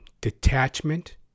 Detachment